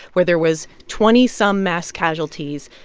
where there was twenty some mass casualties.